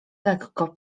lekko